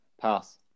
Pass